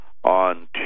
on